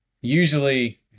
usually